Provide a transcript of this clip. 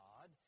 God